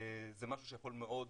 זה משהו שיכול מאוד